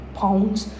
pounds